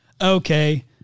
Okay